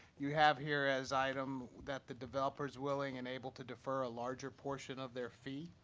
you have here as item that the developer's willing and able to defer a larger portion of their fee.